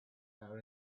our